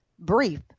brief